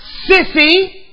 sissy